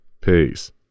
Peace